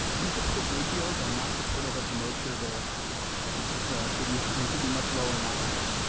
these proposed ratios are not supportive of the mode share goals for our city and should be much lower, not higher.